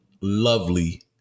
lovely